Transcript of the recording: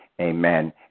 Amen